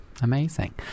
Amazing